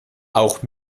auch